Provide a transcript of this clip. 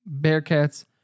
Bearcats